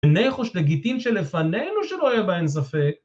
וניחוש לגיטין שלפנינו שלא יהא בהן ספק.